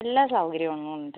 എല്ലാ സൗകര്യങ്ങളും ഉണ്ട്